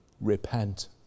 Repent